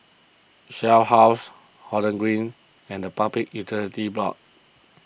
Shell House Holland Green and the Public Utilities Board